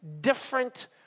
different